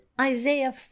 Isaiah